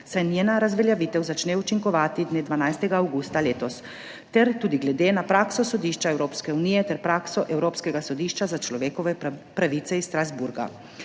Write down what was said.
saj njena razveljavitev začne učinkovati dne 12. avgusta letos, ter tudi glede na prakso Sodišča Evropske unije ter prakso Evropskega sodišča za človekove pravice iz Strasbourga.